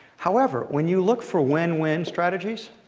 however, when you look for win-win strategies,